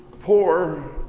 Poor